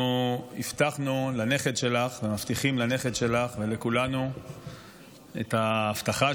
אנחנו הבטחנו לנכד שלך ומבטיחים לנכד שלך ולכולנו את ההבטחה,